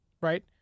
right